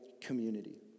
community